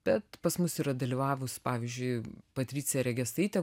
bet pas mus yra dalyvavus pavyzdžiui patricija regesaitė